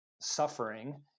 suffering